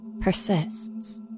persists